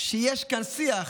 שיש כאן שיח,